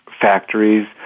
factories